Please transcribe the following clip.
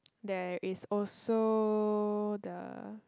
there is also the